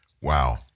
Wow